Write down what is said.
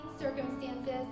circumstances